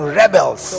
rebels